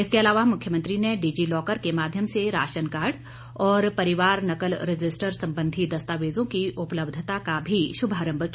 इसके अलावा मुख्यमंत्री ने डिजि लॉकर के माध्यम से राशन कार्ड और परिवार नकल रजिस्टर संबंधी दस्तावेजों की उपलब्धता का भी शुभारंभ किया